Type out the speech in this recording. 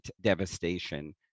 devastation